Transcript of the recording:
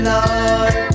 Lord